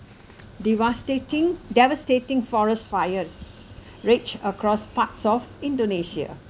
devastating devastating forest fires raged across parts of indonesia